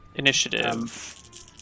Initiative